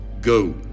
Go